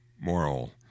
moral